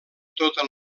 tota